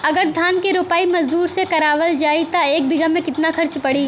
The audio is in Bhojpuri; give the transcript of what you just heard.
अगर धान क रोपाई मजदूर से करावल जाई त एक बिघा में कितना खर्च पड़ी?